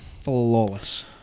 Flawless